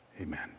Amen